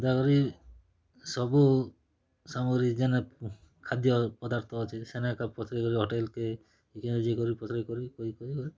ଏନ୍ତା କରି ସବୁ ସାମରିଜେନେ ଖାଦ୍ୟ ପର୍ଦାଥ ଅଛି ସେନେ ଏକା ପଚାରିକିରି ହୋଟେଲ୍ କେ ପଚାରିକରି କହିକରି